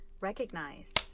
Recognize